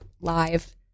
live